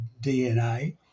DNA